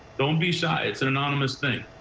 don't be shy. it's an anonymous thing.